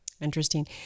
Interesting